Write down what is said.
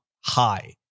high